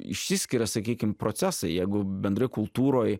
išsiskiria sakykim procesai jeigu bendrai kultūroj